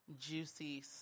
juicy